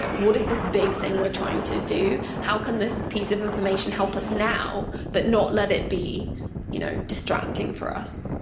what is this big thing we're trying to do? how can this piece of information help us now but not let it be you know distracting for us?